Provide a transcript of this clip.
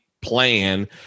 plan